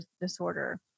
disorder